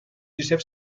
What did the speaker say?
josep